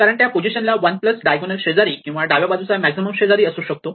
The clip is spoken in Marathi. कारण त्या पोझिशनला वन प्लस डायगोनल शेजारी किंवा डाव्या बाजूचा मॅक्झिमम शेजारी असू शकतो